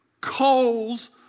coals